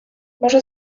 może